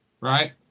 right